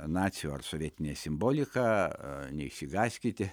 nacių ar sovietinę simboliką neišsigąskite